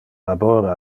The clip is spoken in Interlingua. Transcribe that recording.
labor